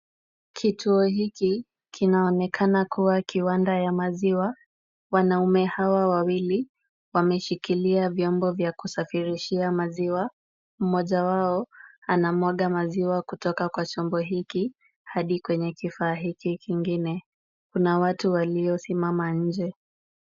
Kituo hiki, kinaonekana kuwa kiwanda ya maziwa. Wanaume hawa wawili wameshikilia vyombo vya kushafirishia maziwa, mmoja wao anamwaga maziwa kutoka kwa chombo hiki hadi kwenye kifaa hiki kingine. Kuna watu waliosimama nje.